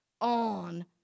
on